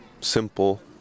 simple